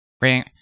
ring